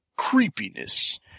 creepiness